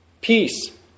Peace